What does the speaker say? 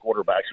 quarterbacks